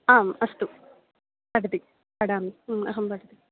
आम् अस्तु पठति पठामि अहं पठति